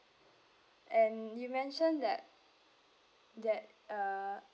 and you mentioned that that uh